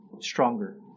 stronger